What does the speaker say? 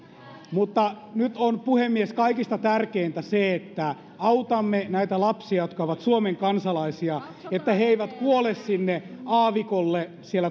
mutta nyt on puhemies kaikista tärkeintä se että autamme näitä lapsia jotka ovat suomen kansalaisia että he eivät kuole siellä sinne aavikolle